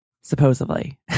supposedly